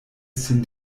sin